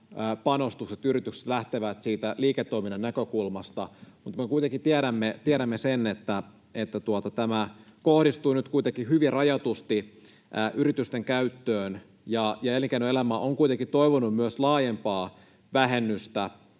panostuksissa yritykset lähtevät siitä liiketoiminnan näkökulmasta, me kuitenkin tiedämme sen, että tämä kohdistuu nyt hyvin rajatusti yritysten käyttöön. Myös elinkeinoelämä on kuitenkin toivonut laajempaa vähennystä,